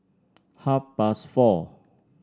half past four